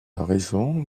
raison